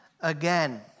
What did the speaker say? again